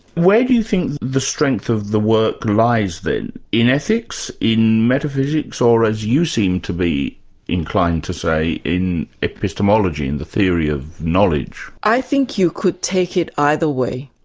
where do you think the strength of the work lies then? in ethics? in metaphysics, or as you seem to be inclined to say, in epistemology, in the theory of knowledge. i think you could take it either way.